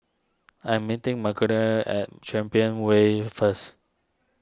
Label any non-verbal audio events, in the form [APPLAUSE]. I am meeting [UNINTELLIGIBLE] at Champion Way first